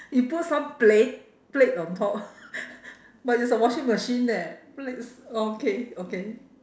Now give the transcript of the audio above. you put some plate plate on top but it's a washing machine eh plates okay okay